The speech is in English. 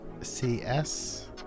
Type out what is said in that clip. CS